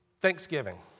Thanksgiving